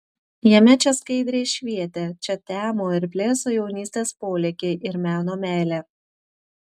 jame čia skaidriai švietė čia temo ir blėso jaunystės polėkiai ir meno meilė